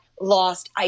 lost